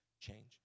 change